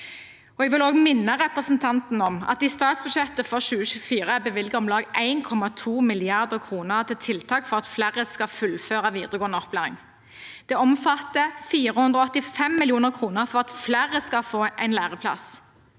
Jeg vil minne representanten om at vi i statsbudsjettet for 2024 bevilger om lag 1,2 mrd. kr til tiltak for at flere skal fullføre videregående opplæring. Det omfatter 485 mill. kr for at flere skal få en læreplass.